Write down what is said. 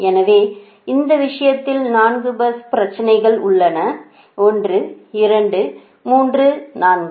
எனவே இந்த விஷயத்தில் 4 பஸ் பிரச்சனைகள் உள்ளது 1 2 3 4